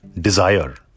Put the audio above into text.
desire